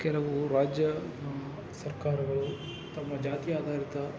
ಕೆಲವು ರಾಜ್ಯ ಸರ್ಕಾರಗಳು ತಮ್ಮ ಜಾತಿ ಆಧಾರಿತ